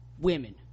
women